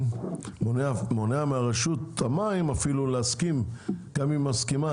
ואפילו מונע מרשות המים להסכים וגם היא מסכימה,